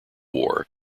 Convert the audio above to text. war